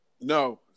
no